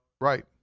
Right